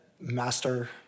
master